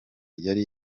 yari